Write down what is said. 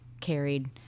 carried